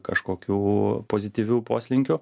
kažkokių pozityvių poslinkių